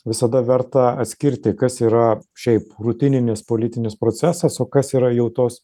visada verta atskirti kas yra šiaip rutininis politinis procesas o kas yra jau tos